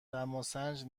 دماسنج